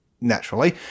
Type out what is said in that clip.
naturally